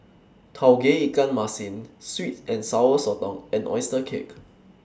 Tauge Ikan Masin Sweet and Sour Sotong and Oyster Cake